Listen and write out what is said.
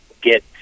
get